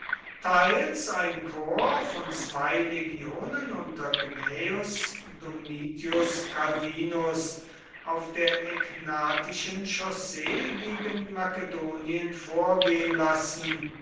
teils ein korps von zwei legionen unter gnaeus domitius calvinus auf der egnatischen chaussee gegen makedonien vorgehen lassen